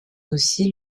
aussi